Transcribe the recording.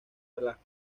velasco